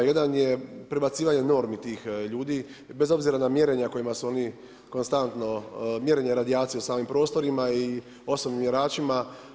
Jedan je prebacivanje normi tih ljudi bez obzira na mjerenja kojima su oni konstantno, mjerenje radijacije u samim prostorima i osobnim mjeračima.